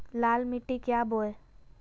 लाल मिट्टी क्या बोए?